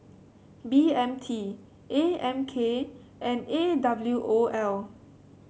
B M T A M K and A W O L